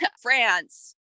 France